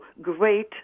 great